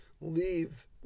leave